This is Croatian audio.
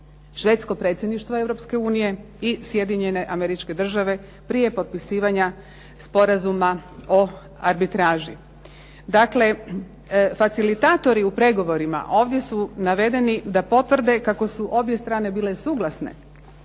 švedsko Predsjedništvo Europske unije i Sjedinjene Američke Države prije potpisivanja Sporazuma o arbitraži. Dakle, facilitatori u pregovorima ovdje su navedeni da potvrde kako su obje strane bile suglasne